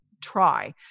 try